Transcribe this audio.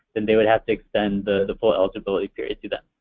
then they would have to extend the the full eligibility period to them.